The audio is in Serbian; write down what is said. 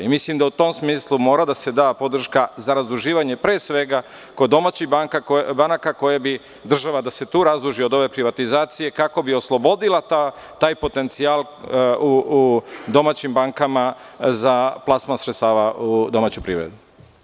Mislim da u tom smislu mora da se da podrška za razduživanje, pre svega kod domaćih banaka koje bi država da se tu razduži od ove privatizacije, kako bi oslobodila taj potencijal u domaćim bankama za plasman sredstva u domaću privredu.